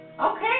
Okay